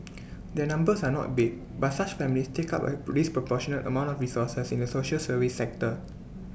their numbers are not big but such families take up A disproportionate amount of resources in the social service sector